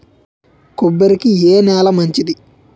కొబ్బరి కి ఏ నేల మంచిది?